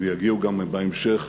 ויגיעו גם בהמשך